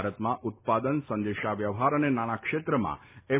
ભારતમાં ઉત્પાદન સંદેશા વ્યવહાર અને નાણા ક્ષેત્રમાં એફ